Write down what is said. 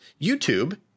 YouTube